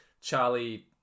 Charlie